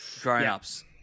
Grown-ups